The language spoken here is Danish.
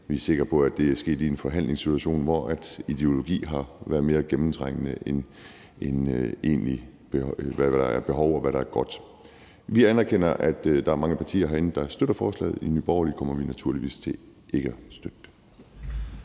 Vi er sikre på, at det er blevet besluttet i en forhandlingssituation, hvor ideologi har været mere gennemtrængende end spørgsmålet om, hvad der egentlig er behov for, og hvad der er godt. Vi anerkender, at der er mange partier herinde, der støtter forslaget, men i Nye Borgerlige kommer vi naturligvis ikke til at støtte det.